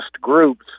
groups